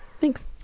Thanks